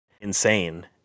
insane